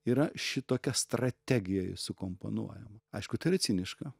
yra šitokia strategija įsikomponuojama aišku tai yra ciniška